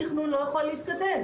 התכנון לא יכול להתקדם,